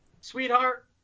Sweetheart